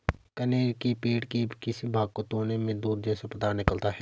कनेर के पेड़ के किसी भाग को तोड़ने में दूध जैसा पदार्थ निकलता है